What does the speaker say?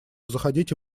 заходите